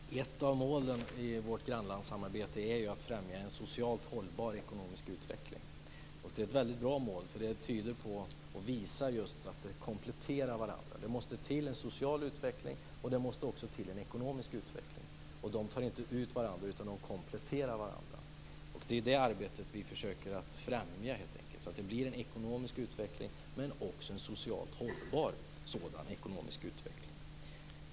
Fru talman! Ett av målen i vårt grannlandssamarbete är att främja en socialt hållbar ekonomisk utveckling. Det är ett väldigt bra mål. Det visar på att dessa faktorer kompletterar kompletterar varandra. Det måste till en social utveckling, och det måste också till en ekonomisk utveckling. De tar inte ut varandra, utan de kompletterar varandra. Det arbetet försöker vi främja så att det blir en ekonomisk utveckling och också en socialt hållbar ekonomisk utveckling.